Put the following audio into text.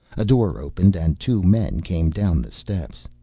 a door opened and two men came down the steps.